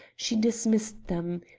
she dismissed them.